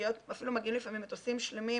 שאפילו מגיעים לפעמים מטוסים שלמים